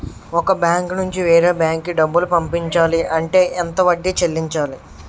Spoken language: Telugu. ఒక బ్యాంక్ నుంచి వేరే బ్యాంక్ కి డబ్బులు పంపించాలి అంటే ఎంత వడ్డీ చెల్లించాలి?